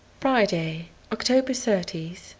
friday, october thirtieth,